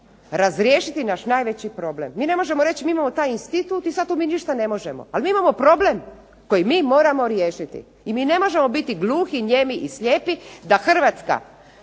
razriješiti naš najveći problem, mi ne možemo reći mi imamo taj institut i mi sada tu ništa ne možemo, ali mi imamo taj problem koji mi moramo riješiti i mi ne možemo biti gluhi, nijemi i slijepi da Hrvatsko